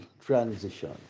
transition